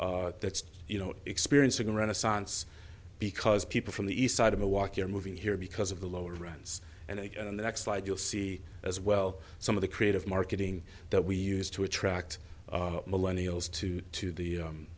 that's you know experiencing a renaissance because people from the east side of milwaukee are moving here because of the lower rents and in the next slide you'll see as well some of the creative marketing that we use to attract millenniums to to the